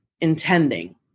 intending